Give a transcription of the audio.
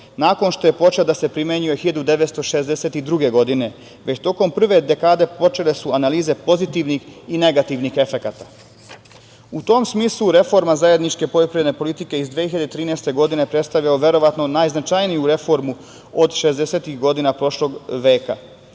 nakon što je počela da se primenjuje 1962. godine. Već tokom prve dekade počele su analize pozitivnih i negativnih efekata.U tom smislu reforma zajedničke poljoprivredne politike iz 2013. godine predstavlja verovatno najznačajniju reformu od šezdesetih godina prošlog veka.